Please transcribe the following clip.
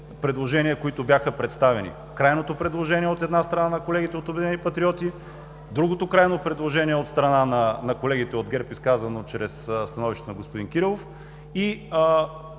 предложения, които бяха представени: крайното предложение, от една страна, на колегите от „Обединени патриоти“, другото крайно предложение от страна на колегите от ГЕРБ, изказано чрез становището на господин Кирилов, и